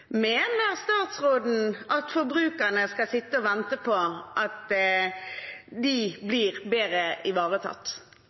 mener statsråden at forbrukerne skal sitte og vente på